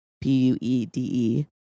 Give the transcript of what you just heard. P-U-E-D-E